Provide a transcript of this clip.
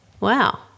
wow